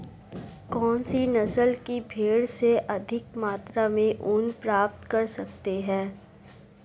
कौनसी नस्ल की भेड़ से अधिक मात्रा में ऊन प्राप्त कर सकते हैं?